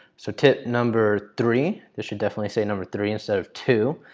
so tip number three. this should definitely say number three instead of two.